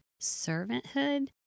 servanthood